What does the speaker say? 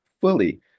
fully